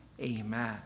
Amen